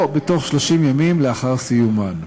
או בתוך 30 ימים לאחר סיומן.